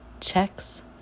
checks